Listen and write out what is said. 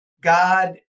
God